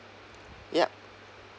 yup